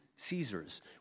Caesars